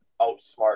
outsmart